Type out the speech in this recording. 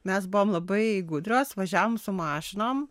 mes buvom labai gudrios važiavom su mašinom